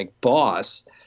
boss